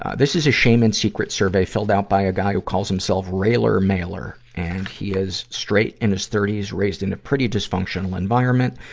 this is a shame and secret survey filled out by a guy who calls himself railer mailer, and he is straight, in his thirty s, raised in a pretty dysfunctional environment,